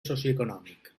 socioeconòmic